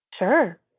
Sure